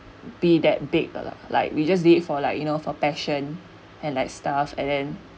be that big a like we just did for like you know for passion and like stuff and then